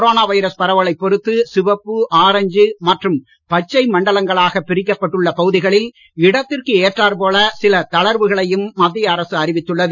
corona virus பரவலைப் பொருத்து சிவப்பு ஆர்ஞ்ச் மற்றும் பச்சை மண்டலங்களாக பிரிக்கப் பட்டுள்ள பகுதிகளில் இடத்திற்கு ஏற்றாற் போல சில தளர்வுகளையும் மத்திய அரசு அறிவித்துள்ளது